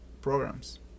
programs